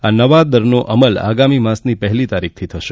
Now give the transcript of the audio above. આ નવા દરનો અમલ આગામી માસની પહેલી તારીખથી થશે